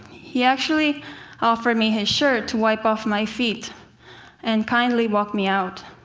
he actually offered me his shirt to wipe off my feet and kindly walked me out.